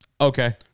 okay